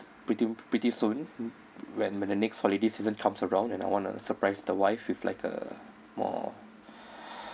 pretty pretty soon when when the next holiday season comes around and I wanted to surprise the wife with like a more